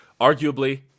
arguably